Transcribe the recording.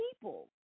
people